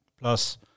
plus